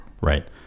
Right